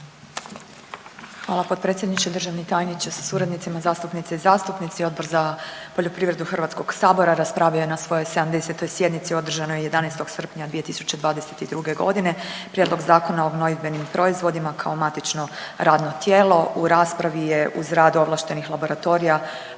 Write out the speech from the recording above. Hvala potpredsjedniče. Državni tajniče sa suradnicima, zastupnice i zastupnici. Odbor za poljoprivredu HS-a raspravio je na svojoj 70. sjednici održanoj 11. srpnja 2022.g. Prijedlog zakona o gnojidbenim proizvodima kao matično radno tijelo. U raspravi je uz rad ovlaštenih laboratorija